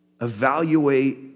evaluate